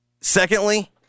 secondly